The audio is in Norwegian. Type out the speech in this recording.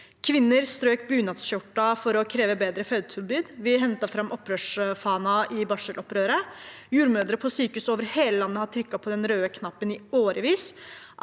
Kvinner strøk bunadsskjorta for å kreve bedre fødetilbud. Vi henta fram opprørsfana i barselopprøret. Jordmødre på sykehus over hele landet har trykket på den røde knappen i årevis.